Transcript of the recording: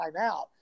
timeout